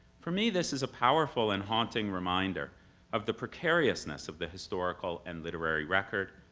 for me this is a powerful and haunting reminder of the precariousness of the historical and literary record,